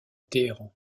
téhéran